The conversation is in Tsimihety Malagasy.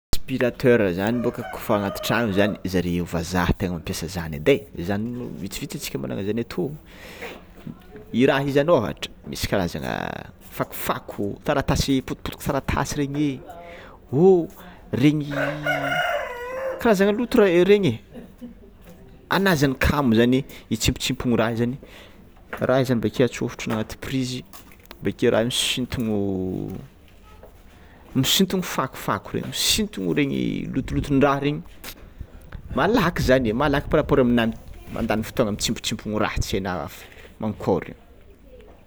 Aspiratera zany bôka kofa agnaty tragno zany zareo vazaha tegna mampiasa zany ede zany vitsivitsy atsika magnana zany atô, i raha io zany ôhatra misy karazagna fakofako, taratasy potipotiky taratasy regny, ô regny karazagna loto regny anao zany kamo zany hitsimpotsimpony raha io zany, raha io zany bakeo atsofotrinao agnaty prizy bakeo raha io sintogno- misintogno fakofako regny, misintogno regny lotolotondraha regny malaky zany malaky par rapport aminao mandany fotoagna mitsipotsipony raha tsy haina mankôry